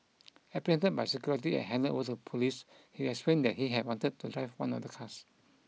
apprehended by security and handed over to police he explained that he had wanted to drive one of the cars